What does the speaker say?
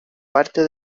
parte